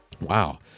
Wow